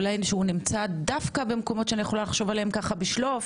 אולי שהוא נמצא דווקא במקומות שאני יכולה לחשוב עליהם ככה בשלוף,